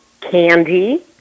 candy